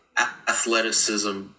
athleticism